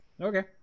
Okay